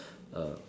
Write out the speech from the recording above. uh